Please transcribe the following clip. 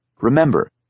Remember